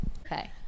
Okay